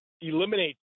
eliminate